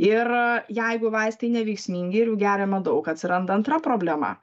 ir jeigu vaistai neveiksmingi ir jų geriama daug atsiranda antra problema